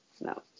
no